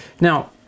Now